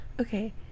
Okay